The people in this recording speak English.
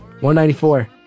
194